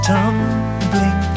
Tumbling